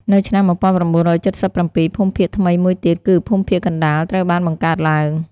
នៅឆ្នាំ១៩៧៧ ភូមិភាគថ្មីមួយទៀត គឺភូមិភាគកណ្តាលត្រូវបានបង្កើតឡើង។